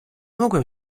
mogłem